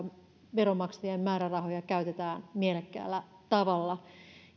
veronmaksajien määrärahoja käytetään mielekkäällä tavalla